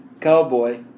cowboy